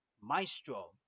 Maestro